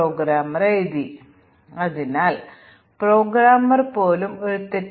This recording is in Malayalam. പ്രോഗ്രാമർ മിക്കവാറും ശരിയായ പ്രോഗ്രാമുകൾ എഴുതുന്നു